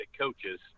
coaches